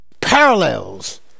Parallels